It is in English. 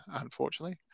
unfortunately